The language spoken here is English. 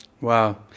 Wow